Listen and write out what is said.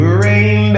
rain